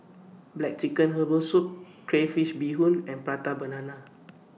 Black Chicken Herbal Soup Crayfish Beehoon and Prata Banana